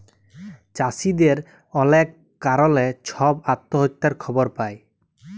চাষীদের অলেক কারলে ছব আত্যহত্যার খবর পায়